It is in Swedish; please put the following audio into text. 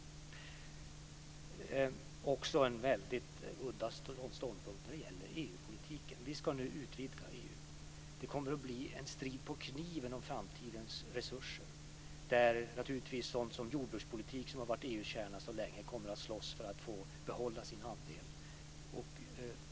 Det har också framförts en udda ståndpunkt när det gäller EU-politiken. Vi ska nu utvidga EU. Det kommer att bli en strid på kniven om framtidens resurser, där sådant som jordbrukspolitik - som har varit EU:s kärna så länge - kommer att slåss för att behålla sin andel.